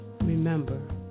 Remember